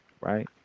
right